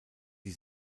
die